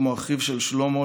כמו אחיו של שלמה,